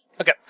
Okay